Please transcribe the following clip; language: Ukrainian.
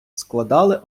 складали